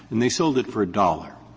and they sold it for a dollar,